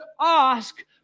ask